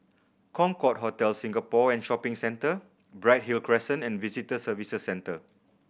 Concorde Hotel Singapore and Shopping Centre Bright Hill Crescent and Visitor Services Centre